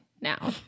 now